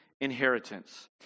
inheritance